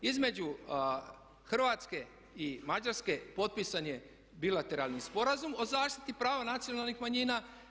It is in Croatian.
Između Hrvatske i Mađarske potpisan je bilateralni sporazum o zaštiti prava nacionalnih manjina.